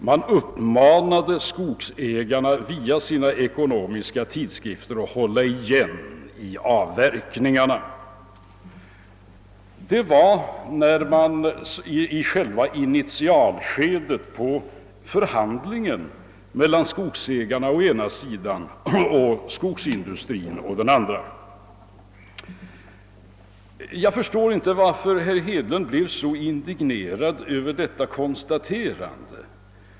Man uppmanade således skogsägarna via deras ekonomiska tidskrifter att hålla igen med avverkningarna. Detta var i själva initialskedet av förhandlingarna mellan skogsägarna å ena sidan och skogsindustrin å den andra. Jag förstår inte varför herr Hedlund blir så indignerad över detta konstaterande.